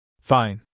Fine